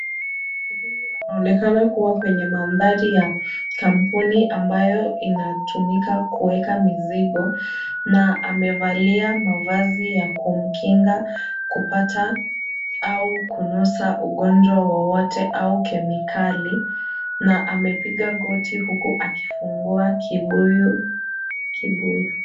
Mtu huyu anaonekana kuwa kwenye mandhari ya kampuni ambayo inatumika kuweka mizigo na amevalia mavazi kumkinga kupata au kunusa ugonjwa wowote au kemikali na amepiga goti huku akifungua kibuyu.